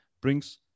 brings